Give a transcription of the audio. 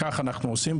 כך אנחנו עושים.